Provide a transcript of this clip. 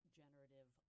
generative